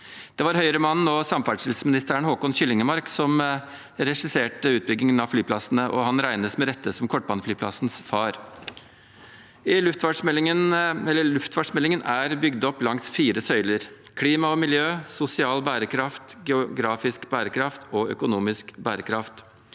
Det var Høyre-mann og samferdselsminister Håkon Kyllingmark som regisserte utbyggingen av flyplassene, og han regnes med rette som kortbaneflyplassenes far. Luftfartsmeldingen er bygd opp langs fire søyler: klima og miljø, sosial bærekraft, geografisk bærekraft og økonomisk bærekraft.